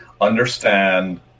understand